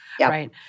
right